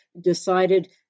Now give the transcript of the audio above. decided